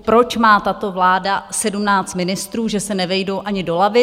Proč má tato vláda 17 ministrů, že se nevejdou ani do lavic?